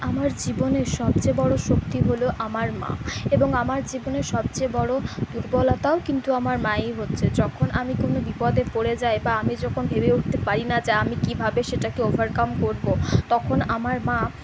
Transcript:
আমার জীবনের সবচেয়ে বড় শক্তি হল আমার মা এবং আমার জীবনের সবচেয়ে বড় দুর্বলতাও কিন্তু আমার মাই হচ্ছে যখন আমি কোনও বিপদে পড়ে যাই বা আমি যখন ভেবে উঠতে পারি না যে আমি কীভাবে সেটাকে ওভারকাম করবো তখন আমার মা